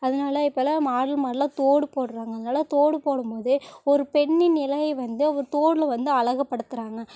அதனால இப்போல்லாம் மாடல் மாடெல்லாக தோடு போடுகிறாங்க அங்கெல்லாம் தோடு போடும் போது ஒரு பெண்ணின் வந்து ஒரு தோடில் வந்து அழகுப்படுத்துகிறாங்க